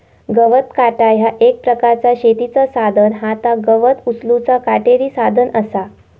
गवत काटा ह्या एक प्रकारचा शेतीचा साधन हा ता गवत उचलूचा काटेरी साधन असा